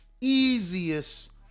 easiest